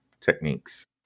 techniques